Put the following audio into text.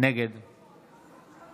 נגד